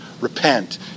Repent